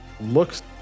looks